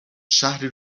شهری